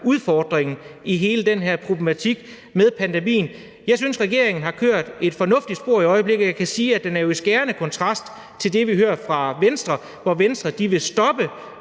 udfordringen i hele den her problematik med pandemien. Jeg synes, regeringen kører i et fornuftigt spor i øjeblikket. Jeg kan sige, at det jo er i skærende kontrast til det, vi hører fra Venstre. Venstre vil stoppe